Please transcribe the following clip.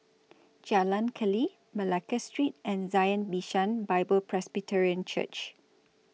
Jalan Keli Malacca Street and Zion Bishan Bible Presbyterian Church